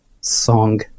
song